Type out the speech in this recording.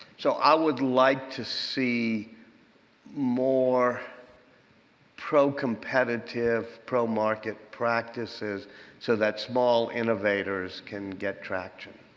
so i would like to see more pro-competitive, pro-market practices so that small innovators can get traction.